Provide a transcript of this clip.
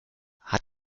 hat